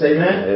Amen